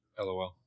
LOL